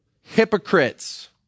Hypocrites